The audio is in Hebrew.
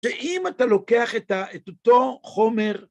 שאם אתה לוקח את אותו חומר